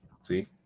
See